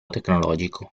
tecnologico